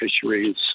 Fisheries